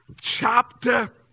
chapter